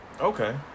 Okay